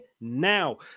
now